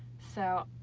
so,